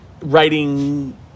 writing